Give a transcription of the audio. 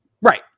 Right